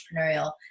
entrepreneurial